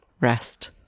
rest